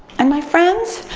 and, my friends,